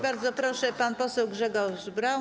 Bardzo proszę, pan poseł Grzegorz Braun.